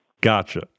Gotcha